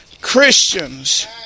Christians